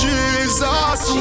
Jesus